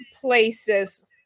places